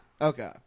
Okay